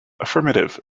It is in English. affirmative